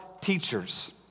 teachers